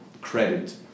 Credit